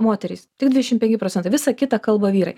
moterys tik dvidešimt penki procentai visa kita kalba vyrai